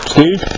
Steve